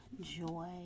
joy